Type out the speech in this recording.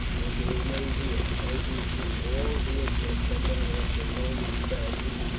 or to remain here. as you see, all here dress somewhat after roman fashion,